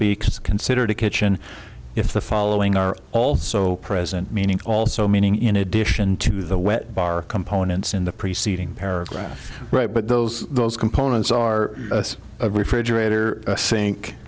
be considered a kitchen if the following are also present meaning also meaning in addition to the wet bar components in the preceding paragraph right but those those components are a refrigerator a sink